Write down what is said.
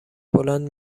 بلند